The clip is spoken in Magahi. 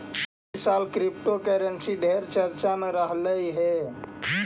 ई साल क्रिप्टोकरेंसी ढेर चर्चे में रहलई हे